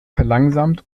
verlangsamt